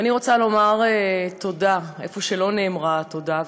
ואני רוצה לומר תודה איפה שלא נאמרה התודה,